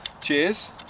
cheers